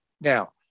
Now